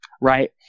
right